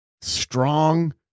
strong